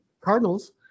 Cardinals